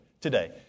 today